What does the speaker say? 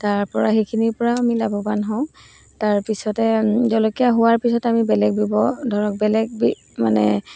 তাৰপৰা সেইখিনিৰপৰাও আমি লাভৱান হওঁ তাৰপিছতে জলকীয়া হোৱাৰ পিছত আমি বেলেগ ব্যৱহ ধৰক বেলেগ মানে